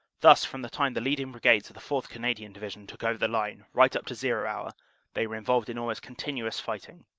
thus from the time the leading brigades of the fourth. canadian division took over the line right up to zero hour they were involved in almost continuous fighting,